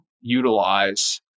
utilize